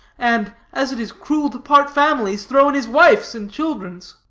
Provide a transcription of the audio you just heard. and, as it is cruel to part families, throw in his wife's and children's?